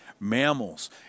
mammals